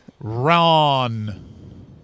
Ron